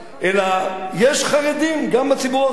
אלא, יש חרדים, גם בציבור החילוני.